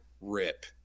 rip